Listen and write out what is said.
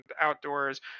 outdoors